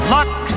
Luck